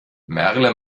merle